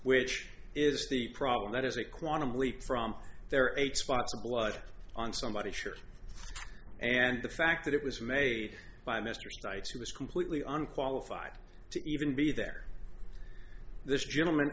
which is the problem that is a quantum leap from there eight spots of blood on somebody's sure and the fact that it was made by mr sikes who was completely unqualified to even be there this gentleman